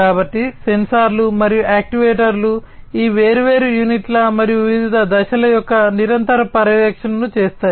కాబట్టి సెన్సార్లు మరియు యాక్యుయేటర్లు ఈ వేర్వేరు యూనిట్ల మరియు వివిధ దశల యొక్క నిరంతర పర్యవేక్షణను చేస్తాయి